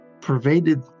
pervaded